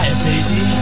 Baby